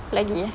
lagi